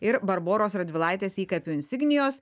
ir barboros radvilaitės įkapių insignijos